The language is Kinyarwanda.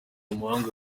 umuhanga